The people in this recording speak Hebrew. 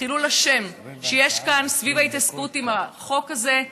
חילול השם שיש כאן סביב ההתעסקות עם החוק הזה,